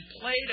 Plato